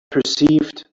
perceived